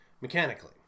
Mechanically